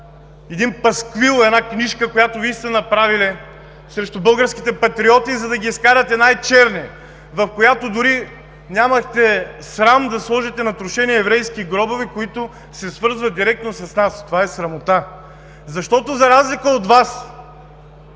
един пасквил, една книжка, която Вие сте направили срещу българските патриоти, за да ги изкарате най-черни, в която дори нямахте срам да сложите натрошени еврейски гробове, които се свързват директно с нас. Това е срамота! (Силен шум и реплики от